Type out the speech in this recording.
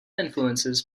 influences